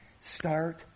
Start